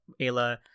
Ayla